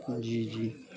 جی جی